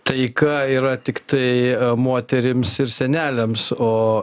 taika yra tiktai moterims ir seneliams o